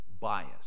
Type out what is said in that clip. bias